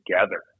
together